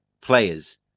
players